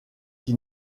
qui